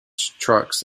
trucks